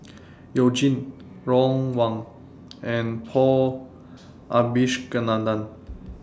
YOU Jin Ron Wong and Paul Abisheganaden